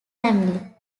family